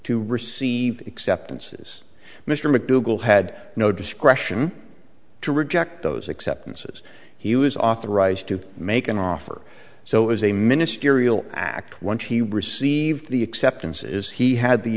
to receive acceptances mr mcdougal had no discretion to reject those acceptances he was authorised to make an offer so as a ministerial act once he received the acceptance is he had the